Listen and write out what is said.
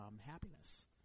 happiness